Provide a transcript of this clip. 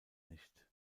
nicht